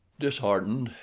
disheartened,